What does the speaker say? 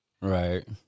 Right